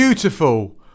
Beautiful